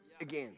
again